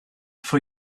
for